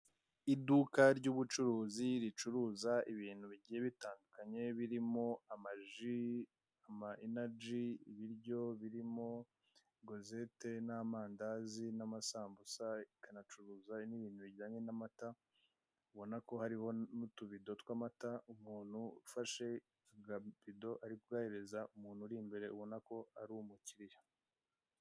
Iduka ry'ubucuruzi ricuruza ibintu bigiye bitandukanye birimo amaji, ama enaji, ibiryo birimo gozete n'amandazi n'amasambusa, ikanacuruza n'ibintu bijyanye n'amata. Ubonako hariho n'utubido tw'amata, umuntu ufashe akabido ari kugahereza umuntu uri imbere ubonako ari umukiriya.